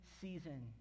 season